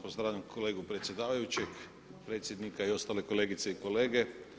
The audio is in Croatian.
pozdravljam kolegu predsjedavajućeg predsjednika i ostale kolegice i kolege.